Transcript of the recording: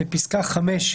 בפסקה (5),